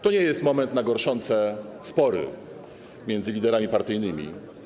To nie jest moment na gorszące spory między liderami partyjnymi.